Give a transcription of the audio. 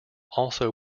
also